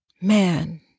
man